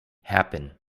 happen